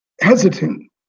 hesitant